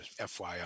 FYI